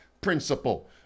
principle